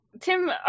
Tim